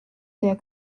der